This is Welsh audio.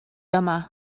yma